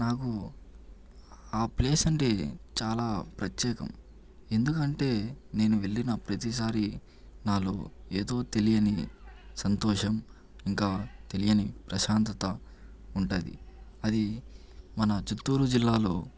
నాకు ఆ ప్లేసంటే చాలా ప్రత్యేకం ఎందుకంటే నేను వెళ్లిన ప్రతీ సారి నాలో ఏదో తెలియని సంతోషం ఇంకా తెలియని ప్రశాంతత ఉంటుంది అది మన చిత్తూరు జిల్లాలో